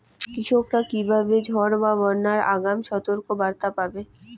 কৃষকেরা কীভাবে ঝড় বা বন্যার আগাম সতর্ক বার্তা পাবে?